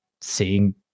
seeing